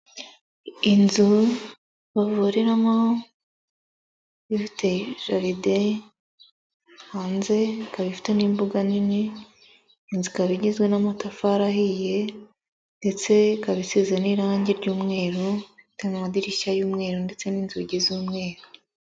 Inzu bavuriramo ifite jeride hanze, ikaba ifite n'imbuga nini, ikaba igizwe n'amatafari ahiye ndetse ikaba isize n'irangi ry'umweru n'amadirishya y'umweru ndetse n'inzugi z'umweru.